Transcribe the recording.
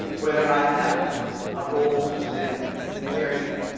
whether i have had a role that has been very